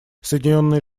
соединенные